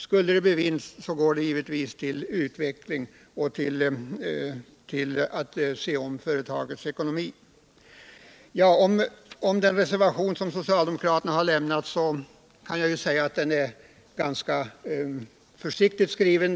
Skulle det bli vinst, så går denna givetvis först och främst till utvecklingsinsatser och till att förstärka företagets ekonomi. Detta stärker även sysselsättningen. Den reservation som socialdemokraterna har lämnat är ganska försiktigt skriven.